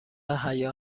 حیا